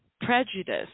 prejudice